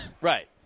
Right